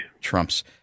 Trump's –